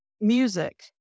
music